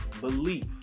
belief